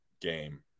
game